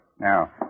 Now